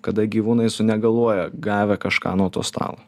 kada gyvūnai sunegaluoja gavę kažką nuo to stalo